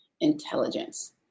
intelligence